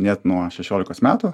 net nuo šešiolikos metų